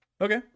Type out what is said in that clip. Okay